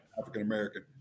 African-American